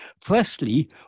Firstly